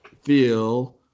feel